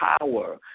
power